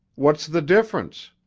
what's the difference?